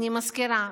אני מזכירה,